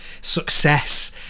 success